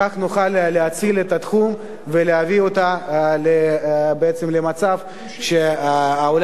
כך נוכל להציל את התחום ולהביא אותו למצב שהעולם